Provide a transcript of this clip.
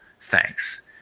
Thanks